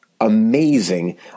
amazing